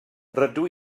rydw